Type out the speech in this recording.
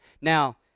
Now